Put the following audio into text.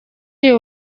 iyo